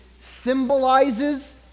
symbolizes